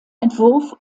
entwurf